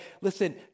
listen